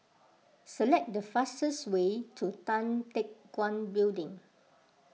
select the fastest way to Tan Teck Guan Building